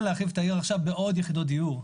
להרחיב את העיר עכשיו בעוד יחידות דיור.